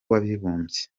w’abibumbye